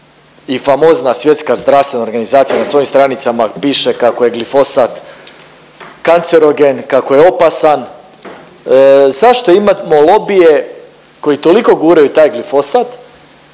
i famozna Svjetska zdravstvena organizacija na svojim stranicama piše kako je glifosat kancerogen, kako je opasan. Zašto imamo lobije koji toliko guraju taj glifosat